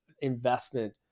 investment